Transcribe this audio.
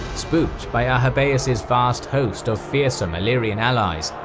spooked by ah arrhabaeus's vast host of fearsome illyrian allies,